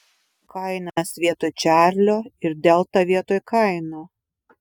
kainas vietoj čarlio ir delta vietoj kaino